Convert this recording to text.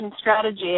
strategy